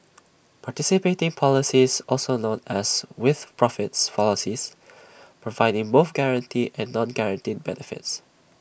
participating policies also known as with profits policies providing both guaranteed and non guaranteed benefits